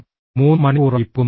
3 മണിക്കൂറായി പോകും